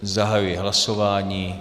Zahajuji hlasování.